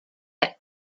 that